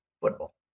football